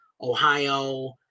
Ohio